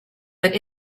but